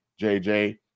JJ